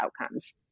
outcomes